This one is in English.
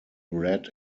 read